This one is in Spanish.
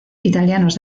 italianos